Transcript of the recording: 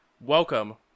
Welcome